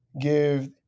give